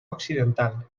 occidental